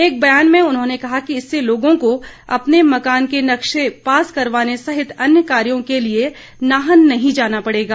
एक बयान में उन्होंने कहा कि इससे लोगों को अपने मकान के नक्शे पास करवाने सहित अन्य कार्यों को लिए नाहन नहीं जाना पड़ेगा